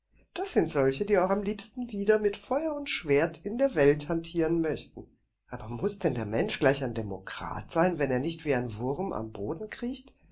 das sind solche die auch am liebsten wieder mit feuer und schwert in der welt hantieren möchten aber muß denn der mensch gleich ein demokrat sein wenn er nicht wie ein wurm am boden kriecht